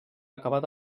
acabat